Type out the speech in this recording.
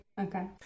Okay